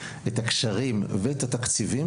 את הקשרים ואת התקציבים,